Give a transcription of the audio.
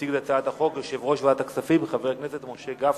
הודעת סגן המזכירה,